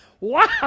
Wow